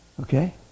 okay